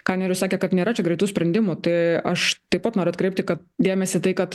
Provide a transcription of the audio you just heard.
ką nerijus sakė kad nėra čia greitų sprendimų tai aš taip pat noriu atkreipti kad dėmesį tai kad